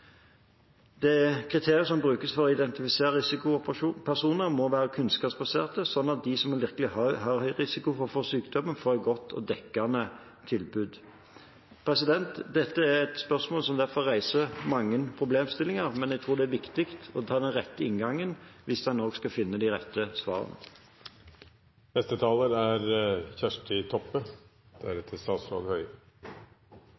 som brukes for å identifisere risikopersoner, må være kunnskapsbaserte, slik at de som virkelig har høy risiko for å få sykdommer, får et godt og dekkende tilbud. Dette er et spørsmål som derfor reiser mange problemstillinger, men jeg tror det er viktig å ta den rette inngangen hvis man også skal finne de rette svarene. Eg vil takka helse- og omsorgsministeren for svaret. Eg er